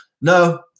no